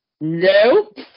nope